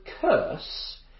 curse